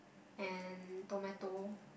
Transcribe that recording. and tomato